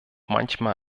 manchmal